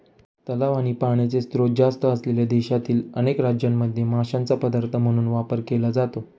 तलाव आणि पाण्याचे स्त्रोत जास्त असलेल्या देशातील अनेक राज्यांमध्ये माशांचा पदार्थ म्हणून वापर केला जातो